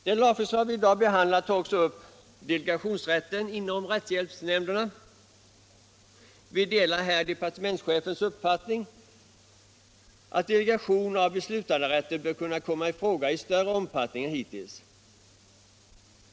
Det lagförslag vi i dag behandlar tar också upp delegationsrätten inom rättshjälpsnämnderna. Vi delar här departementschefens uppfattning att delegation av beslutanderätten bör kunna komma i fråga i större omfattning än hittills.